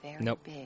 Nope